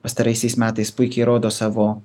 pastaraisiais metais puikiai rodo savo